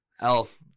elf